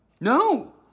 No